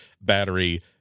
battery